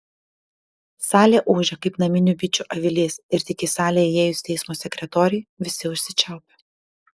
salė ūžė kaip naminių bičių avilys ir tik į salę įėjus teismo sekretorei visi užsičiaupė